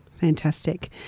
Fantastic